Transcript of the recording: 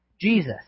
Jesus